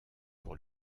pour